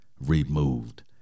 removed